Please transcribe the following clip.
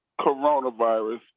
coronavirus